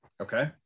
Okay